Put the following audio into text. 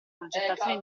progettazione